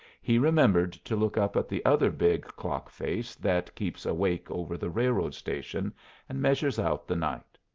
he remembered to look up at the other big clock-face that keeps awake over the railroad station and measures out the night.